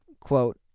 Quote